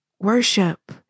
worship